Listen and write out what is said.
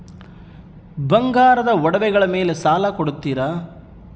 ಬಂಗಾರದ ಒಡವೆಗಳ ಮೇಲೆ ಸಾಲ ಕೊಡುತ್ತೇರಾ?